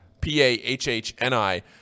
P-A-H-H-N-I